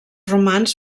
romans